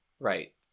right